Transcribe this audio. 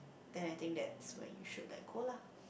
then I think that's when you should let go lah